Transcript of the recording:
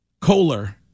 Kohler